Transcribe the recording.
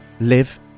live